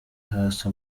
hasi